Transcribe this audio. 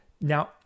Now